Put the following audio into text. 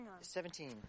Seventeen